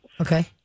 Okay